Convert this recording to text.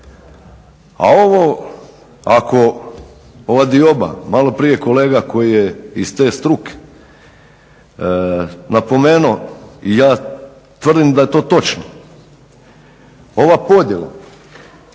A ovo ako, ova dioba, maloprije je kolega koji je iz te struke napomenuo i ja tvrdim da je to točno, ova podjela